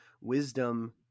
wisdom